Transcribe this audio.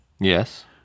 Yes